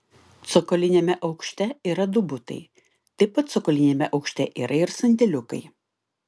cokoliniame aukšte yra du butai taip pat cokoliniame aukšte yra ir sandėliukai